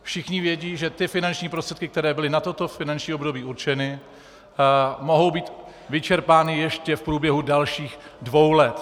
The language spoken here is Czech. Všichni vědí, že finanční prostředky, které byly na toto finanční období určeny, mohou být vyčerpány ještě v průběhu dalších dvou let.